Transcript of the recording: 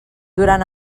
durant